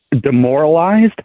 demoralized